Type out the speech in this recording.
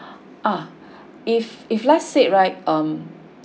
ah if if let's say right um